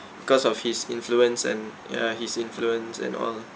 cause of his influence and ya his influence and all